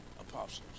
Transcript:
apostles